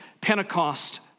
Pentecost